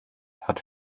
hat